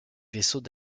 vaisseaux